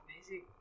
amazing